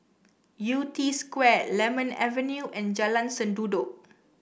Yew Tee Square Lemon Avenue and Jalan Sendudok